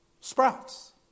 sprouts